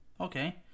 Okay